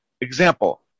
Example